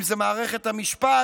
אם זה מערכת המשפט,